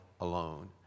alone